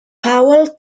powell